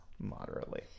moderately